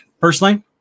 Personally